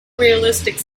realistic